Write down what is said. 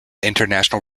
international